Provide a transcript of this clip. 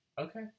Okay